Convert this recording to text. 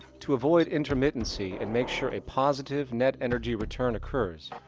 to avoid intermittency and make sure a positive net energy return occurs,